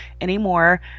anymore